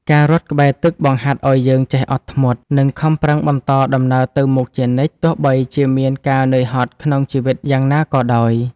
ការរត់ក្បែរទឹកបង្ហាត់ឱ្យយើងចេះអត់ធ្មត់ និងខំប្រឹងបន្តដំណើរទៅមុខជានិច្ច ទោះបីជាមានការនឿយហត់ក្នុងជីវិតយ៉ាងណាក៏ដោយ។